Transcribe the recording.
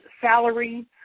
salary